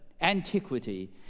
antiquity